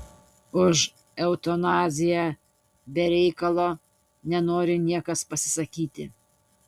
už eutanaziją be reikalo nenori niekas pasisakyti